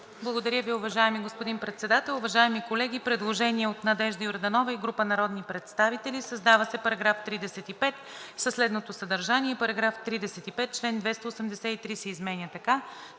Благодаря Ви, уважаеми господин Председател! Уважаеми колеги, предложение от Надежда Йорданова и група народни представители. Създава се § 35 със следното съдържание: „§ 35. Член 283 се изменя така: